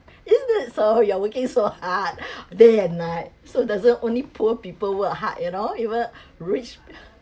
is it that so you are working so hard day and night so doesn't only poor people work hard you know even rich